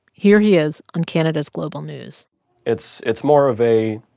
here he is on canada's global news it's it's more of a